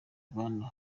rwanda